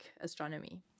astronomy